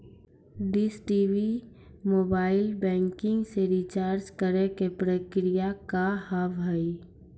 Dish TV mobile banking से recharge करे के प्रक्रिया का हाव हई?